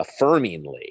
affirmingly